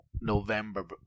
November